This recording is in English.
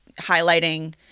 highlighting